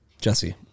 Jesse